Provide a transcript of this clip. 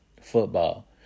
football